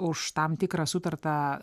už tam tikrą sutartą